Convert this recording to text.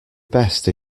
best